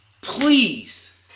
Please